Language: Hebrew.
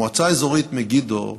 המועצה האזורית מגידו,